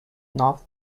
north